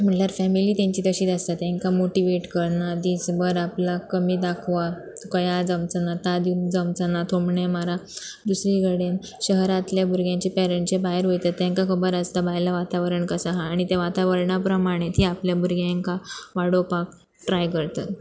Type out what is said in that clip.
म्हणल्यार फॅमिली तेंची तशीच आसता तांकां मोटिवेट करना दीसभर आपल्याक कमी दाखव कया जमचना ताद दिवन जमचना थोमणें मारा दुसरे कडेन शहरांतल्या भुरग्यांचे पेरंट्चे भायर वयतात तेंकां खबर आसता भायलं वातावरण कसो आहा आनी तें वातावरणा प्रमाणें ती आपल्या भुरग्यांकां वाडोवपाक ट्राय करतात